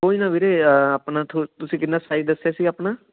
ਕੋਈ ਨਾ ਵੀਰੇ ਆਪਣਾ ਥੋ ਤੁਸੀਂ ਕਿੰਨਾ ਸਾਈਜ਼ ਦੱਸਿਆ ਸੀ ਆਪਣਾ